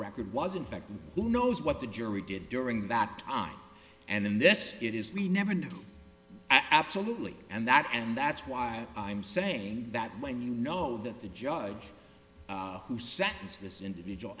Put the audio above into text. record was infecting who knows what the jury did during that time and in this it is we never know absolutely and that and that's why i'm saying that when you know that the judge who sentenced this individual